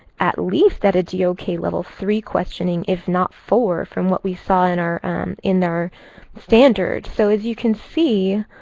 at least, at a dok level three questioning, if not four, from what we saw in our in our standard. so as you can see,